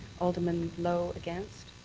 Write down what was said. alderman lowe against.